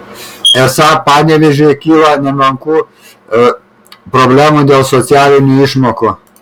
esą panevėžiui kyla nemenkų problemų dėl socialinių išmokų